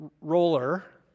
roller